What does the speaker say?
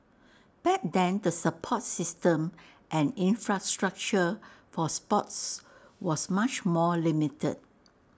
back then the support system and infrastructure for sports was much more limited